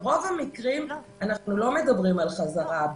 ברוב המקרים אנחנו לא מדברים על חזרה הביתה.